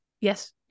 yes